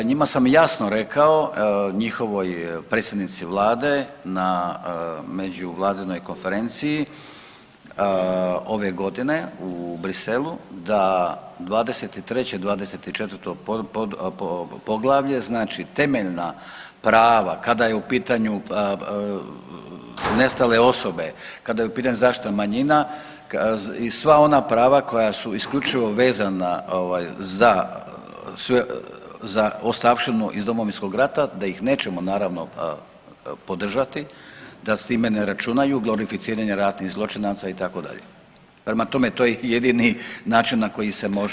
Njima sam jasno rekao njihovoj predsjednici vlade na međuvladinoj konferenciji ove godine u Bruxellesu da 23., 24. poglavlje znači temeljna prava kada je u pitanju nestale osobe kada je u pitanju zaštita manjina i sva ona prava koja su isključivo vezana za ostavštinu iz Domovinskog rata da ih nećemo naravno podržati, da s time ne računaju, glorificiranje ratnih zločinaca itd. prema tome to je jedini način na koji se može njih upozoriti.